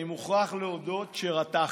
אני מוכרח להודות שרתחתי.